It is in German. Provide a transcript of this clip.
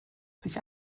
sich